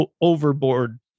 overboard